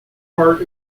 part